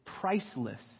priceless